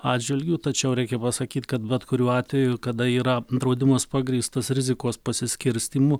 atžvilgių tačiau reikia pasakyt kad bet kuriuo atveju kada yra draudimas pagrįstas rizikos pasiskirstymu